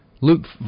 Luke